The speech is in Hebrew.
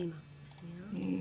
סרטון מאוד חשוב.